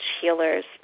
healers